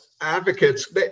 advocates